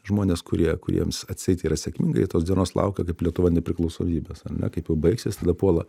žmonės kurie kuriems atseit yra sėkminga jie tos dienos laukia kaip lietuva nepriklausomybės ar ne kaip jau baigsis tada puola